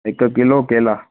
हिक किलो केला